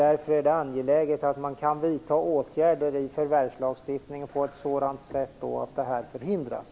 Därför är det angeläget att man kan vidta åtgärder i förvärvslagstiftningen på ett sådant sätt att detta förhindras.